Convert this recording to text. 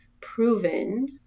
proven